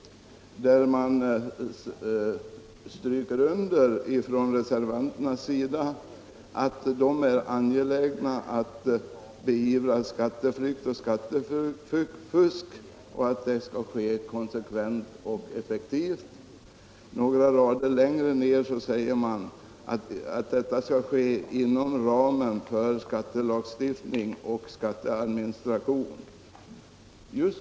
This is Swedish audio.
Reservanterna stryker under att de är angelägna att konsekvent och effektivt beivra skatteflykt och skattefusk. Några rader längre ned säger man att detta skall ske inom ramen för skattelagstiftning och skatteadministration.